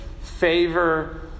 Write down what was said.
favor